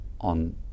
on